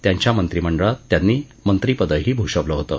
त्यांच्या मंत्रिमंडळात त्यांनी मंत्रीपदही भूषवलं होतं